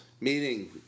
Meaning